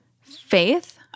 faith